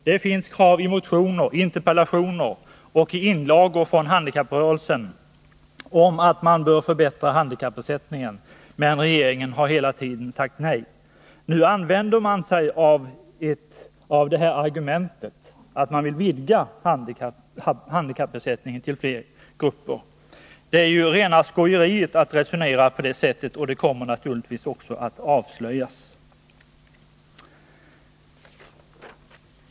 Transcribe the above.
Det finns krav i motioner, i interpellationer och i inlagor från handikapprörelsen på att handikappersättningen skall förbättras, men regeringen har hela tiden ; sagt nej. Nu använder man sig av argumentet att man vill vidga handikappersättningen till fler grupper. Det är ju rena skojeriet att resonera på det sättet, och det kommer naturligtvis också att avslöjas.